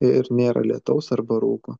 ir nėra lietaus arba rūko